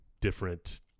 different